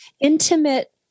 intimate